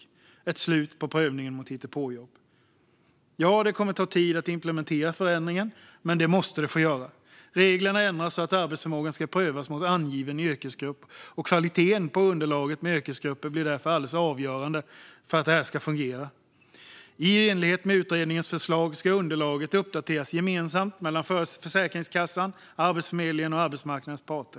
Det är ett slut på prövningen mot hittepåjobb. Ja, det kommer att ta tid att implementera förändringen, men det måste det få göra. Reglerna ändras så att arbetsförmågan ska prövas mot angiven yrkesgrupp, och kvaliteten på underlaget med yrkesgrupper blir därför alldeles avgörande för att det här ska fungera. I enlighet med utredningens förslag ska underlaget uppdateras gemensamt mellan Försäkringskassan, Arbetsförmedlingen och arbetsmarknadens parter.